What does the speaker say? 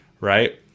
right